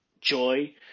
joy